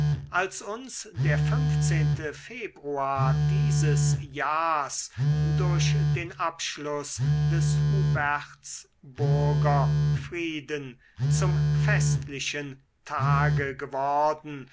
als uns der februar dieses jahrs durch den abschluß des hubertsburger friedens zum festlichen tage geworden